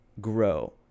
grow